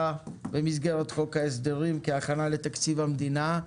במסגרת חוק ההסדרים כהכנה לתקציב המדינה.